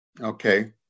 okay